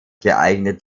geeignet